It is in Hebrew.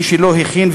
מי שלא הכין,